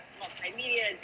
multimedia